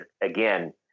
again